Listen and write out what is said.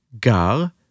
Gar